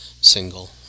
single